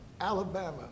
Alabama